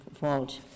fault